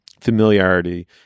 familiarity